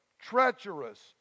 treacherous